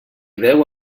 veu